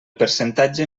percentatge